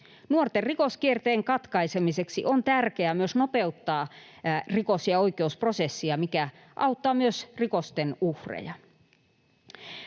Nuorten rikoskierteen katkaisemiseksi on tärkeää myös nopeuttaa nuorten rikos- ja oikeusprosessia, mikä auttaa myös rikosten uhreja.